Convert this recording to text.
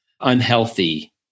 unhealthy